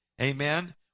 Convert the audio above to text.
Amen